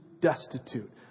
destitute